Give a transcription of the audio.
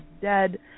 dead